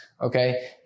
okay